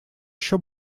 еще